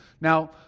now